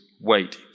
wait